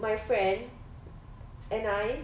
my friend and I